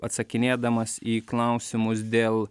atsakinėdamas į klausimus dėl